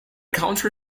country